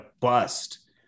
bust